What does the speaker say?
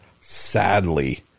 sadly